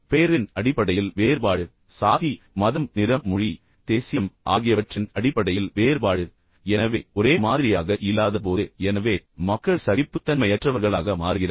பெயரின் அடிப்படையில் வேறுபாடு சாதி மதம் நிறம் மொழி தேசியம் ஆகியவற்றின் அடிப்படையில் வேறுபாடு எனவே ஒரே மாதிரியாக இல்லாத போது எனவே மக்கள் சகிப்புத்தன்மையற்றவர்களாக மாறுகிறார்கள்